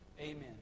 Amen